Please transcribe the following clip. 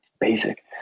Basic